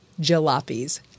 jalopies